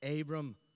Abram